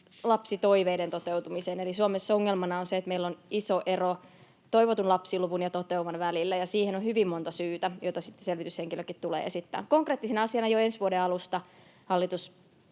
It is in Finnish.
lapsitoiveiden toteutumiseen, eli Suomessa ongelmana on se, että meillä on iso ero toivotun lapsiluvun ja toteuman välillä, ja siihen on hyvin monta syytä, joita sitten selvityshenkilökin tulee esittämään. Konkreettisena asiana jo ensi vuoden alusta